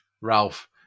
Ralph